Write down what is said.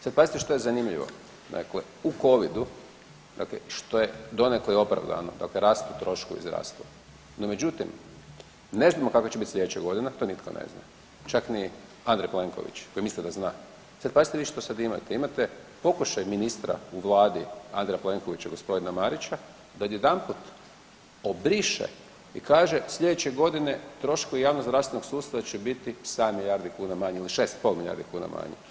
Sad pazite što je zanimljivo, u covidu što je donekle opravdano dakle rastu troškovi zdravstva, no međutim ne znamo kakva će biti sljedeća godina, to niko ne zna, čak ni Andrej Plenković koji misli da zna, sad pazite vi što sad imate, imate pokušaj ministra u vladi Andreja Plenkovića g. Marića da odjedanput obriše i kaže sljedeće godine troškovi javnozdravstvenog sustava će biti 7 milijardi kuna manje ili 6,5 milijardi kuna manje.